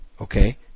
Okay